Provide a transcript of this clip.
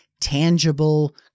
tangible